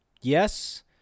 Yes